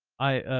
i,